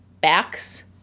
backs